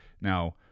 Now